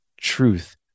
truth